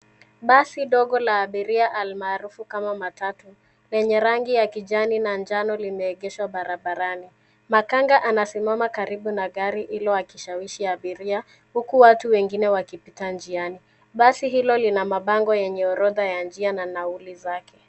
Basi ndogo la abiria almaarufu kama matatu lenye rangi ya kijani na njano limeegeshwa barabarani. Makanga anasimama karibu na gari hilo akishawishi abiria huku watu wengine wakipita njiani. Basi hilo lina mabango yenye orodha ya njia na nauli zake.